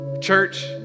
church